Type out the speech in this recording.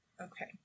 okay